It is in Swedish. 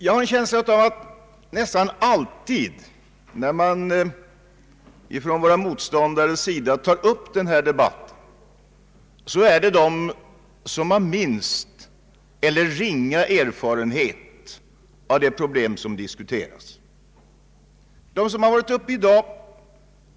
Jag har en känsla av att nästan alltid när våra motståndare tar upp denna debatt är det de som har ingen eller ringa erfarenhet av de problem som diskuteras som yttrar sig.